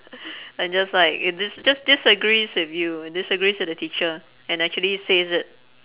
and just like dis~ just disagrees with you disagrees with the teacher and actually says it